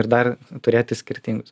ir dar turėti skirtingus